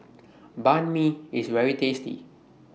Banh MI IS very tasty